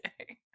okay